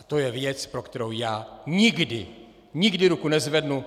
To je věc, pro kterou já nikdy, nikdy ruku nezvednu.